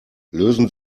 lösen